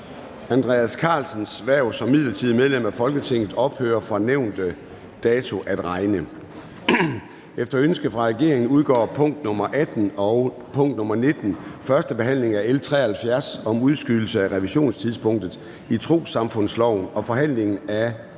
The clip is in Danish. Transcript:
Andreas Karlsens (KF) hverv som midlertidigt medlem af Folketinget ophører fra nævnte dato at regne. Efter ønske fra regeringen udgår punkt 18 og 19, førstebehandlingen af L 73 om udskydelse af revisionstidspunktet i trossamfundsloven og forhandlingen af